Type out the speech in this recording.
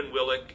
Willick